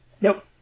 Nope